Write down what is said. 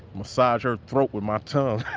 massage her throat with my tongue.